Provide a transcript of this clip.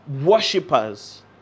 worshippers